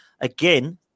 again